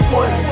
one